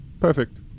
Perfect